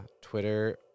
Twitter